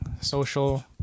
Social